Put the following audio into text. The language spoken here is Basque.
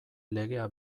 legea